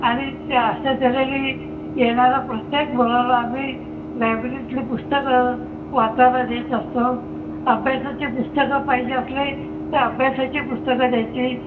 आणि त्या अशा तऱ्हेने येणारा प्रत्येक मुलाला आम्ही लायब्ररीतली पुस्तकं वाचायला देत असतो अभ्यासाची पुस्तकं पाहिजे असली तर अभ्यासाची पुस्तकं द्यायची